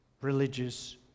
religious